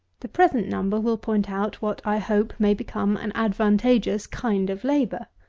the present number will point out what i hope may become an advantageous kind of labour.